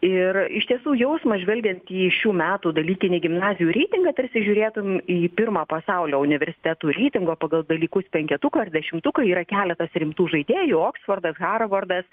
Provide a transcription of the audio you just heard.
ir iš tiesų jausmas žvelgiant į šių metų dalykinį gimnazijų reitingą tarsi žiūrėtum į pirmą pasaulio universitetų reitingo pagal dalykus penketuką ar dešimtuką yra keletas rimtų žaidėjų oksfordas harvardas